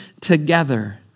together